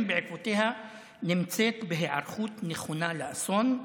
בעקבותיהן היא בהיערכות נכונה לאסון,